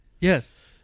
Yes